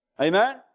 Amen